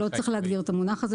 לא צריך להגדיר את המונח הזה.